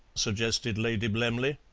suggested lady blemley.